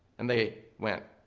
and they went,